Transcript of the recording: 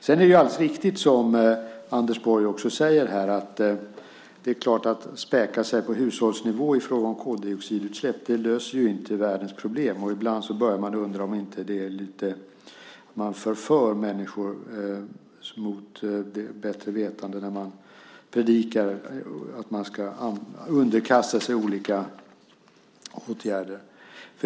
Sedan är det alldeles riktigt, som Anders Borg också säger här, att om man späker sig på hushållsnivå i fråga om koldioxidutsläpp löser det helt klart inte världens problem. Ibland börjar jag undra om man inte förför människor mot bättre vetande när man predikar att de ska underkasta sig olika åtgärder.